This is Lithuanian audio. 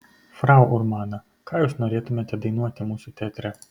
frau urmana ką jūs norėtumėte dainuoti mūsų teatre